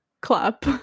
clap